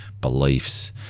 beliefs